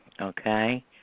okay